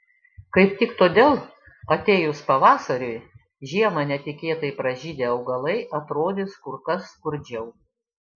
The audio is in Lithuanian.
kaip tik todėl atėjus pavasariui žiemą netikėtai pražydę augalai atrodys kur kas skurdžiau